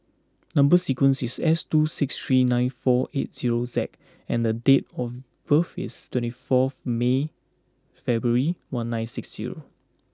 number sequence is S two six three nine four eight zero Z and the date of birth is twenty four me February one nine six zero